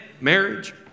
Marriage